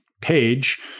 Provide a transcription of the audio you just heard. page